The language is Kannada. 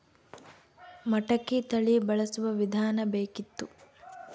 ಮಟಕಿ ತಳಿ ಬಳಸುವ ವಿಧಾನ ಬೇಕಿತ್ತು?